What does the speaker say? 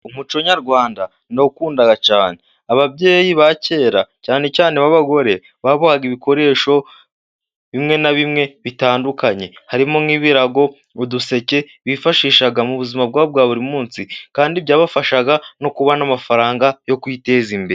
Umuco nyarwanda ndawukunda cyane, ababyeyi ba kera cyane cyane ba bagore, babohaga ibikoresho bimwe na bimwe bitandukanye harimo nk'ibirago, uduseke, bifashisha mu buzima bwabo bwa buri munsi kandi byabafashaga, no kubona amafaranga yo kwiteza imbere.